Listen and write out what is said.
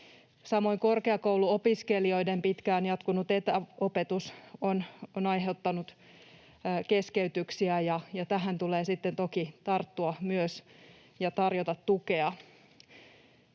Samoin korkeakouluopiskelijoiden pitkään jatkunut etäopetus on aiheuttanut keskeytyksiä, ja myös tähän tulee toki tarttua ja tarjota tukea.